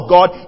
God